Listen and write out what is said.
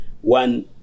one